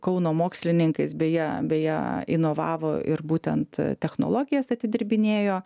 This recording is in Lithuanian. kauno mokslininkais beje beje inovavo ir būtent technologijas atidirbinėjo